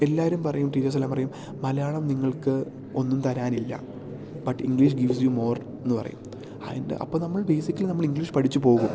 എല്ലാവരും പറയും ടീച്ചേഴ്സ് എല്ലാം പറയും മലയാളം നിങ്ങൾക്ക് ഒന്നും തരാനില്ല but English gives you more എന്ന് പറയും അതിൻ്റെ അപ്പം നമ്മൾ ബേസിക്കലി നമ്മൾ ഇംഗ്ലീഷ് പഠിച്ച് പോവും